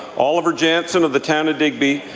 oliver janson of the town of digby,